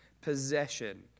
possession